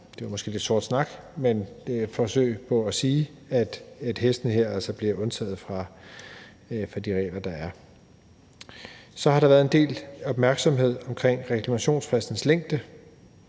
Det var måske lidt sort snak, men det er et forsøg på at sige, at hestene her altså bliver undtaget fra de regler, der er. Så har der været en del opmærksomhed omkring reklamationsfristens længde.